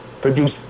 Produce